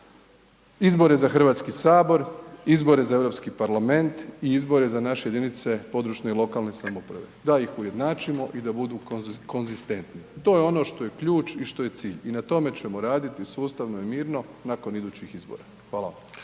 izbore za Hrvatski sabor, izbore za Europski parlament i izbore za naše jedinice područne i lokalne samouprave, da ih ujednačimo i da budu konzistentni. To je ono što je ključ i što je cilj i na tome ćemo raditi sustavno i mirno nakon idućih izbora. Hvala